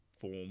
form